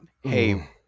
hey